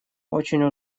очень